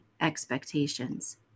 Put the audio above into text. expectations